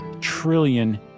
trillion